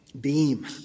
beam